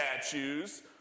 statues